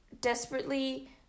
desperately